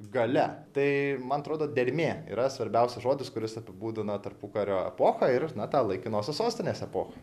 galia tai man atrodo dermė yra svarbiausias žodis kuris apibūdina tarpukario epochą ir na tą laikinosios sostinės epochą